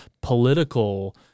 political